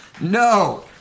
No